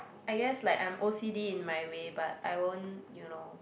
I guess like I'm o_c_d in my way but I won't you know